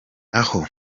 aho